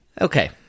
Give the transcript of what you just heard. Okay